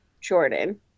Jordan